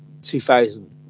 2000